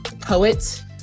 poet